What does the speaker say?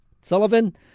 Sullivan